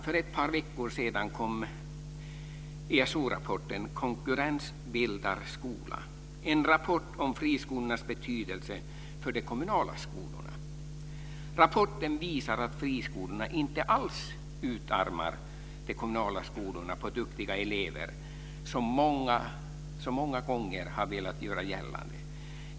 För ett par veckor sedan kom ESO-rapporten Konkurrens bildar skola. Det är en rapport om friskolornas betydelse för de kommunala skolorna. Rapporten visar att friskolorna inte alls utarmar de kommunala skolorna på duktiga elever, som många velat göra gällande.